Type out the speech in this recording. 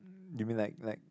you mean like like